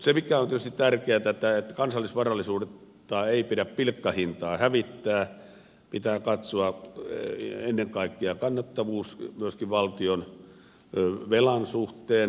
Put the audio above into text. mutta on tietysti tärkeätä että kansallisvarallisuutta ei pidä pilkkahintaan hävittää pitää katsoa ennen kaikkea kannattavuus myöskin valtionvelan suhteen